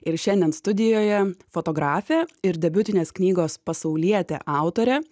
ir šiandien studijoje fotografė ir debiutinės knygos pasaulietė autorė